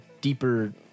deeper